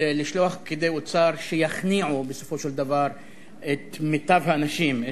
של לשלוח פקידי אוצר שיכניעו בסופו של דבר את מיטב האנשים,